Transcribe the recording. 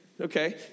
okay